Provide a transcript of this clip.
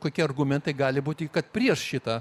kokie argumentai gali būti kad prieš šitą